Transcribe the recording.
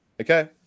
Okay